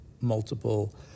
multiple